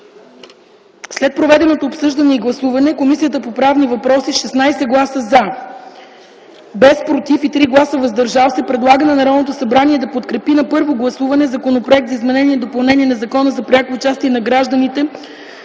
След проведеното обсъждане и гласуване, Комисията по правни въпроси, с 16 гласа „за”, без „против” и 3 гласа „въздържал се”, предлага на Народното събрание да подкрепи на първо гласуване Законопроект за изменение и допълнение на Закона за пряко участие на гражданите